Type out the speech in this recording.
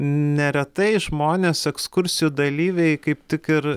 neretai žmonės ekskursijų dalyviai kaip tik ir